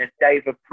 David